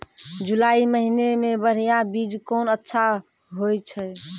जुलाई महीने मे बढ़िया बीज कौन अच्छा होय छै?